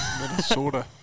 Minnesota